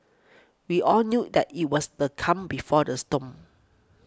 we all knew that it was the calm before the storm